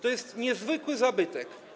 To jest niezwykły zabytek.